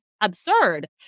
absurd